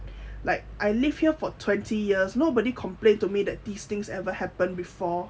like I live here for twenty years nobody complained to me that these things ever happened before